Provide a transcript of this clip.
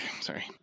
Sorry